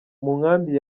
nkambi